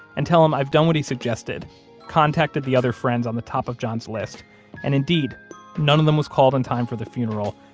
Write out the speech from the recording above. and tell him i've done what he suggested contacted the other friends on the top of john's list and indeed none of them was called in time for the funeral,